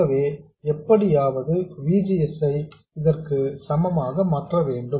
ஆகவே எப்படியாவது V G S ஐ இதற்கு சமமாக மாற்றவேண்டும்